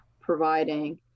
providing